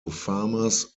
farmers